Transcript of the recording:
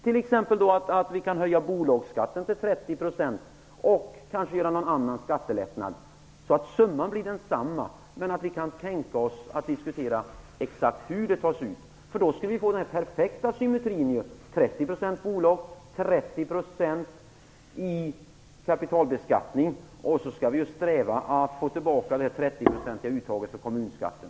Vi kunde t.ex. höja bolagsskatten till 30 % och kanske göra någon annan skattelättnad så att summan blir densamma. Vi borde diskutera exakt hur skatten tas ut. Då skulle vi få den perfekta symmetrin: 30 % i bolagsskatt, 30 % i kapitalbeskattning, och så skall vi ju sträva att få tillbaka 30% i uttag för kommunalskatten.